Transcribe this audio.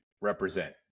represent